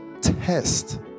test